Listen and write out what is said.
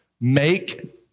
make